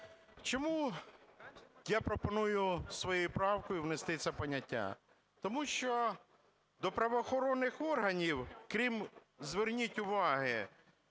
Чому я пропоную своєю правкою внести це поняття? Тому що до правоохоронних органів, крім, зверніть увагу,